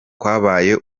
kwabaye